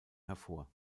hervor